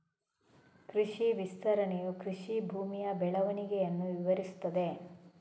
ಕೃಷಿ ವಿಸ್ತರಣೆಯು ಕೃಷಿ ಭೂಮಿಯ ಬೆಳವಣಿಗೆಯನ್ನು ವಿವರಿಸುತ್ತದೆ